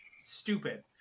stupid